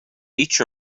each